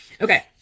Okay